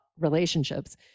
Relationships